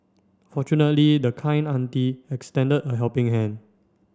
fortunately the kind auntie extended a helping hand